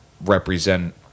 represent